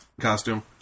costume